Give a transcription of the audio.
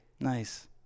Nice